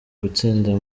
gutsinda